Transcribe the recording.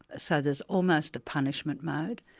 ah so there's almost a punishment mode,